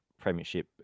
premiership